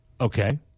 Okay